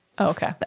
Okay